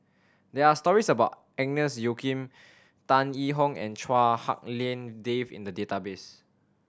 there are stories about Agnes Joaquim Tan Yee Hong and Chua Hak Lien Dave in the database